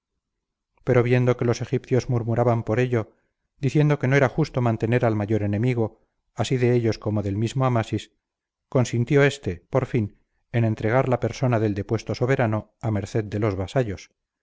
pero viendo que los egipcios murmuraban por ello diciendo que no era justo mantener al mayor enemigo así de ellos como del mismo amasis consintió este por fin en entregar la persona del depuesto soberano a merced de los vasallos